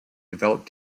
developed